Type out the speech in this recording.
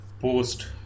post